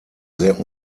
sehr